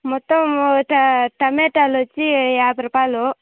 మొత్తము ట టమేటాలొచ్చి యాభై రూపాయలు